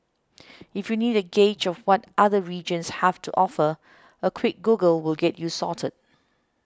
if you need a gauge of what other regions have to offer a quick Google will get you sorted